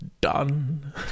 done